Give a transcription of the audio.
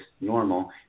normal